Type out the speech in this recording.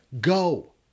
go